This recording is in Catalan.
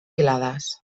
filades